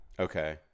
Okay